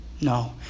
No